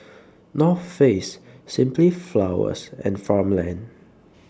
North Face Simply Flowers and Farmland